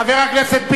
חברת הכנסת חוטובלי.